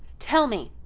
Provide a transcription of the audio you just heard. tell me,